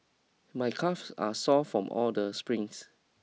my calves are sore from all the sprints